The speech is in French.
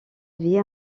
vie